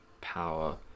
power